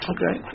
Okay